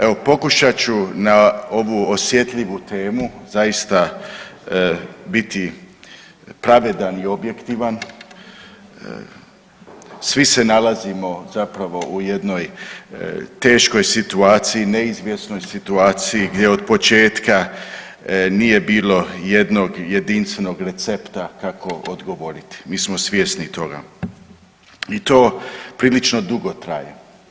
Evo, pokušat ću na ovu osjetljivu temu zaista biti pravedan i objektivan, svi se nalazimo zapravo u jednoj teškoj situaciji, neizvjesnoj situaciji gdje od početka nije bilo jednog jedinstvenog recepta kako odgovoriti, mi smo svjesni toga i to prilično dugo traje.